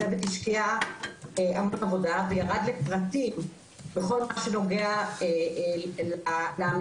הצוות השקיע המון עבודה וירד לפרטים בכל מה שנוגע להמלצות.